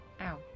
Ow